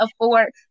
afford